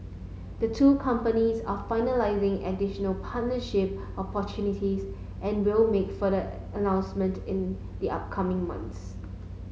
the two companies are finalising additional partnership opportunities and will make further announcements in the upcoming months